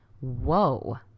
Whoa